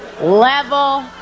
level